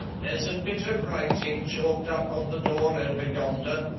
there's a bit of writing chalked up on the door over yonder.